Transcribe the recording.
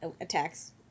attacks